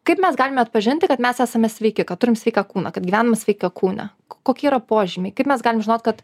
kaip mes galime atpažinti kad mes esame sveiki kad turim sveiką kūną kad gyvenam sveikam kūne kokie yra požymiai kaip mes galim žinot kad